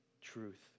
truth